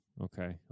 Okay